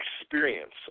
experience